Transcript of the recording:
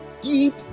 deep